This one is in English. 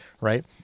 right